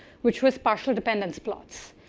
which was pardon me dependence plots.